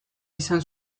izan